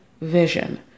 vision